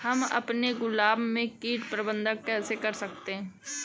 हम अपने गुलाब में कीट प्रबंधन कैसे कर सकते है?